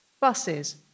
buses